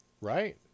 right